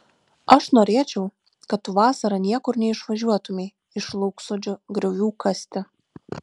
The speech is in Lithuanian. aš norėčiau kad tu vasarą niekur neišvažiuotumei iš lauksodžio griovių kasti